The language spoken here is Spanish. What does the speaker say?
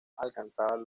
alcanzaba